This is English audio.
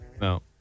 No